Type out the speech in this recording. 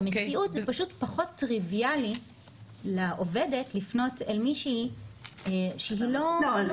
במציאות זה פשוט פחות טריוויאלי לעובדת לפנות אל מישהי שהיא לא מכירה.